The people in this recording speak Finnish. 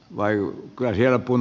vai kaija pum